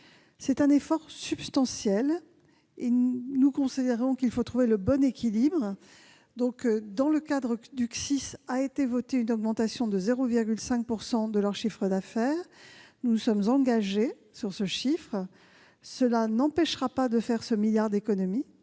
C'est un effort substantiel. Nous considérons qu'il faut trouver le bon équilibre. Dans le cadre du CSIS, a été votée une augmentation de 0,5 % du chiffre d'affaires. Nous nous sommes engagés sur ce point. Cela ne nous empêchera pas de réaliser le milliard d'économies